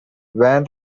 van